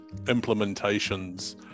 implementations